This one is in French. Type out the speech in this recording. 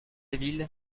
ville